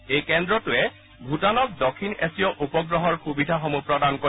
এই কেন্দ্ৰটোৱে ভুটানক দক্ষিণ এছীয় উপগ্ৰহৰ সুবিধাও প্ৰদান কৰিব